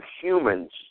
humans